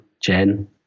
Jen